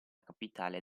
capitale